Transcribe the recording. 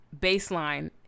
baseline